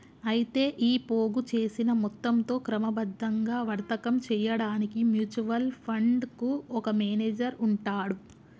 అయితే ఈ పోగు చేసిన మొత్తంతో క్రమబద్ధంగా వర్తకం చేయడానికి మ్యూచువల్ ఫండ్ కు ఒక మేనేజర్ ఉంటాడు